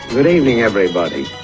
good evening everybody,